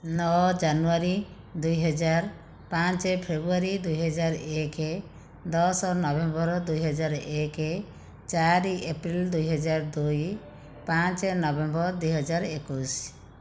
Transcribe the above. ନଅ ଜାନୁଆରୀ ଦୁଇ ହଜାର ପାଞ୍ଚ ଫେବ୍ରୁଆରୀ ଦୁଇ ହଜାର ଏକ ଦଶ ନଭେମ୍ବର ଦୁଇ ହଜାର ଏକ ଚାରି ଏପ୍ରିଲ ଦୁଇ ହଜାର ଦୁଇ ପାଞ୍ଚ ନଭେମ୍ବର ଦୁଇ ହଜାର ଏକୋଇଶି